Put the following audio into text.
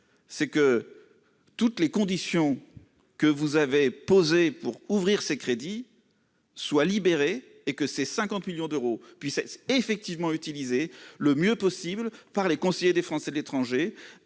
que toutes les conditions que Bercy a imposées pour ouvrir droit à ces crédits soient levées et que ces 50 millions d'euros puissent effectivement être utilisés le mieux possible par les conseillers des Français de l'étranger,